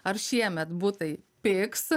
ar šiemet butai pigs